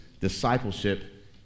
discipleship